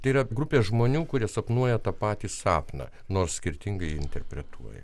tai yra grupė žmonių kurie sapnuoja tą patį sapną nors skirtingai interpretuoja